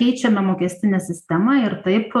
keičiame mokestinę sistemą ir taip